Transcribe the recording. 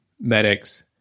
medics